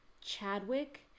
Chadwick